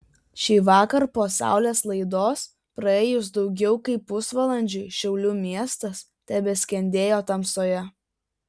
šįvakar po saulės laidos praėjus daugiau kaip pusvalandžiui šiaulių miestas tebeskendėjo tamsoje